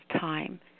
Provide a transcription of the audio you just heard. time